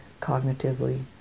cognitively